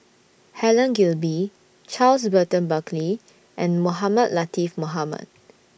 Helen Gilbey Charles Burton Buckley and Mohamed Latiff Mohamed